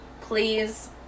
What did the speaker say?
please